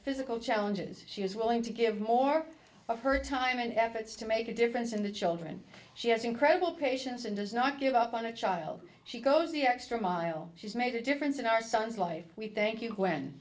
physical challenges she is willing to give more of her time and efforts to make a difference in the children she has incredible patience and does not give up on a child she goes the extra mile she's made a difference in our son's life we thank you gwen